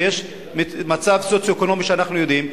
שיש מצב סוציו-אקונומי כפי שאנחנו יודעים.